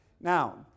Now